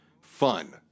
fun